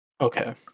Okay